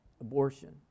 abortion